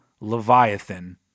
Leviathan